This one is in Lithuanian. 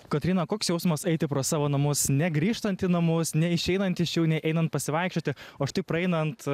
kotryna koks jausmas eiti pro savo namus negrįžtant į namus neišeinant iš jų ne einant pasivaikščioti o štai praeinant